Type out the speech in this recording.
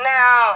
Now